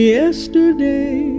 yesterday